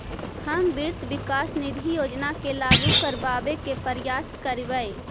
हम वित्त विकास निधि योजना के लागू करबाबे के प्रयास करबई